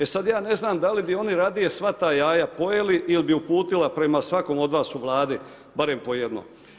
E sada ja ne znam da li bi oni radije sva taj jaja pojeli ili bi uputila prema svakom od vas u Vladi barem po jedno.